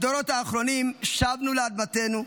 בדורות האחרונים שבנו לאדמתנו,